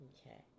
Okay